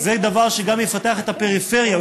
זה דבר שגם יפתח את הפריפריה,